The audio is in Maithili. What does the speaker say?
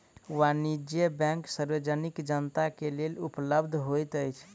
वाणिज्य बैंक सार्वजनिक जनता के लेल उपलब्ध होइत अछि